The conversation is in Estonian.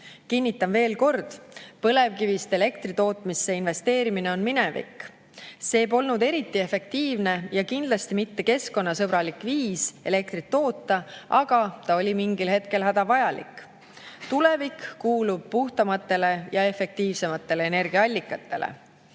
Kinnitan veel kord: põlevkivist elektri tootmisse investeerimine on minevik. See polnud eriti efektiivne ja kindlasti mitte keskkonnasõbralik viis elektrit toota, aga ta oli mingil hetkel hädavajalik. Tulevik kuulub puhtamatele ja efektiivsematele energiaallikatele.